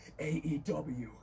AEW